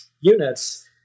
units